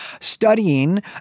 studying